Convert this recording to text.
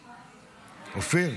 אופיר,